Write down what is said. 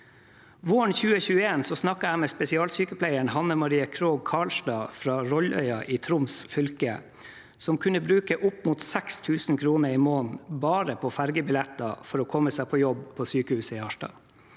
Våren 2021 snakket jeg med spesialsykepleieren Hanne Marie Krogh Karlstad fra Rolløya i Troms og Finnmark fylke. Hun kunne bruke opp mot 6 000 kr i måneden bare på ferjebilletter for å komme seg på jobb på sykehuset i Harstad.